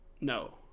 no